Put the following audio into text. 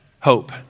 hope